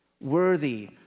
worthy